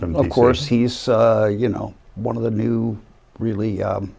from of course he's you know one of the new really